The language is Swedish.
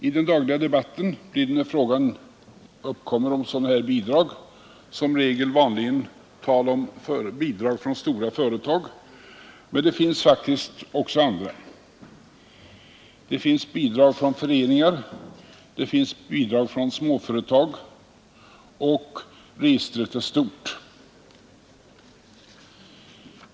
I den dagliga debatten blir det, när frågan uppkommer om sådana här bidrag, som regel tal om bidrag från stora företag, men det finns faktiskt också andra. Det finns bidrag från föreningar, det finns bidrag från små företag — registret är stort.